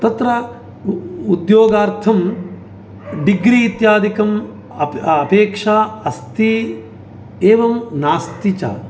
तत्र उद्योगार्थं डिग्रि इत्यादिकम् अपेक्षा अस्ति एवं नास्ति च